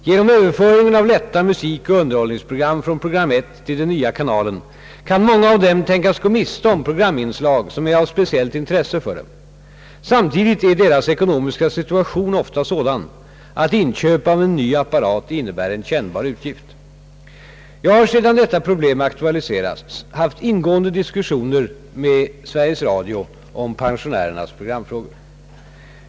Genom överföringen av litta musikoch underhållningsprogram från program 1 till den nya kanalen kan många av dem tänkas gå miste om programinslag som är av speciellt intresse för dem, Samtidigt är deras ekonomiska situation ofta sådan att inköp av en ny apparat innebär en kännbar utgift. Jag har sedan detta problem aktualiserats haft ingående diskussioner med Sveriges Radio om pensionärernas programfrågor.